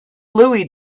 louie